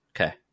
Okay